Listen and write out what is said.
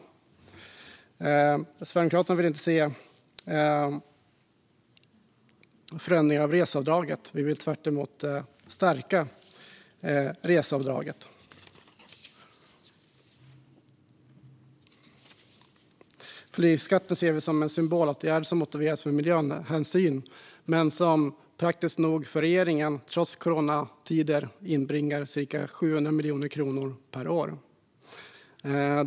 Sverigedemokraterna vill inte se förändringar av reseavdraget. Vi vill tvärtemot stärka reseavdraget. Flygskatten ser vi som en symbolåtgärd som motiveras med miljöhänsyn men som praktiskt nog för regeringen, trots coronatider, inbringar cirka 700 miljoner kronor per år.